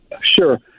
Sure